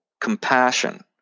compassion